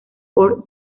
por